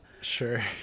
Sure